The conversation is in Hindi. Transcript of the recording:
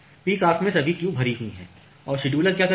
पीक ऑवर्स में सभी क्यू भरी हुई हैं और शेड्यूलर क्या कर रहा है